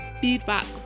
feedback